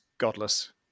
Godless